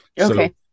Okay